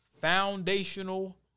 foundational